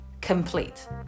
complete